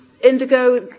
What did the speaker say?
indigo